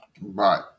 Right